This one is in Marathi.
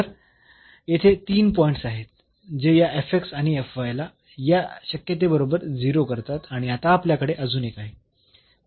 तर येथे तीन पॉईंट्स आहेत जे या आणि ला या शक्यतेबरोबर 0 करतात आणि आता आपल्याकडे अजून एक आहे